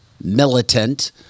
militant